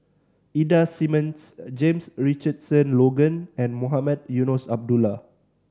Ida Simmons James Richardson Logan and Mohamed Eunos Abdullah